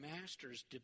masters